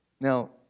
Now